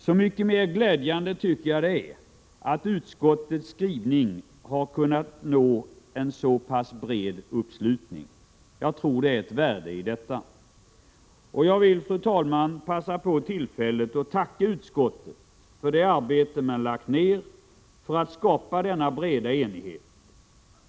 Så mycket mer glädjande tycker jag därför det är att utskottets skrivning har kunnat få en så pass bred uppslutning. Jag tror det ligger ett värde i detta. Jag vill, fru talman, passa på tillfället och tacka utskottet för det arbete man harlagt ned för att skapa denna breda enighet.